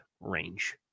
range